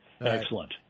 Excellent